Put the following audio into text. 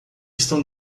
estão